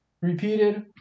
repeated